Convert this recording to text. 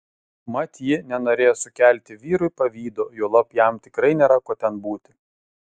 mat ji nenorėjo sukelti vyrui pavydo juolab jam tikrai nėra ko ten būti